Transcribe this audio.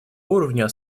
уровня